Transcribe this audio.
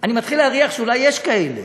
אני מתחיל להריח שאולי יש כאלה,